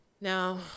Now